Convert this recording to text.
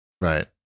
right